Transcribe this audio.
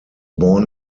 born